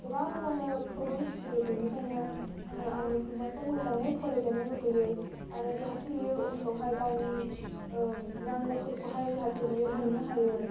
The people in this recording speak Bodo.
गोबाङानो प्रब्लेम्स फैयो बेनिखायनो आङो आंनि फंबाइखौ मोजाङै फरायजानो लुबैयो आरो जाहाथे बियो उनफ्रावहाय गावनि नांगौफोरखौहाय जाहाथे बियो मोननो हायो